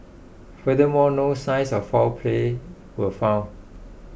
furthermore no signs of foul play were found